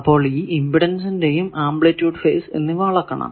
അപ്പോൾ ഈ ഇമ്പിഡെൻസിന്റെയും ആംപ്ലിറ്റൂഡ് ഫേസ് എന്നിവ അളക്കണം